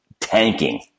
tanking